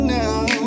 now